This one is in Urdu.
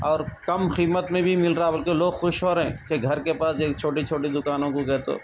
اور کم قیمت میں بھی مل رہا ہے بول کے لوگ خوش ہو رہے ہیں کہ گھر کے پاس جو ایک چھوٹی چھوٹی دوکانوں کو گئے تو